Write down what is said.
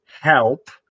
help